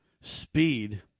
speed